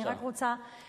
אדוני, אני רק רוצה לספר.